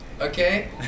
Okay